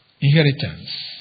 inheritance